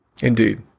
Indeed